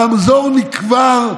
הרמזור נקבר,